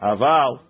Aval